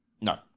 no